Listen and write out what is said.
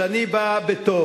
שאני בא בטוב.